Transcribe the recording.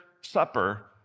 supper